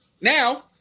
Now